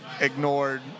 ignored